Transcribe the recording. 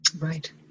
Right